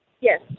Yes